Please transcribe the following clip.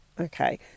Okay